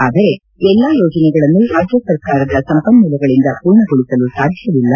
ಆದರೆ ಎಲ್ಲಾ ಯೋಜನೆಗಳನ್ನು ರಾಜ್ಯ ಸರ್ಕಾರದ ಸಂಪನ್ನೂಲಗಳಿಂದ ಪೂರ್ಣಗೊಳಿಸಲು ಸಾಧ್ಯವಿಲ್ಲ